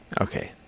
Okay